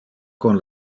con